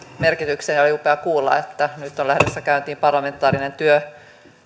merkitykseen ja oli upeaa kuulla että nyt on lähdössä käyntiin parlamentaarinen työ